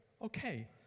Okay